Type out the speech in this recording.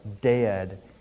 dead